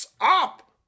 up